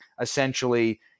essentially